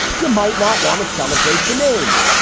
you might not want to celebrate the name.